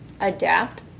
adapt